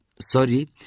sorry